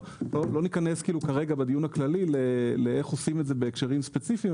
לא ניכנס כרגע בדיון הכללי לאיך עושים את זה בהקשרים ספציפיים,